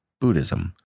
Buddhism